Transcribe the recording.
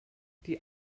die